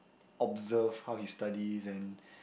observe how he studies and